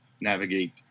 navigate